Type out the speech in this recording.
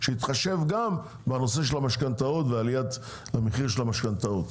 שיתחשב גם בנושא של המשכנתאות ועליית המחיר של המשכנתאות.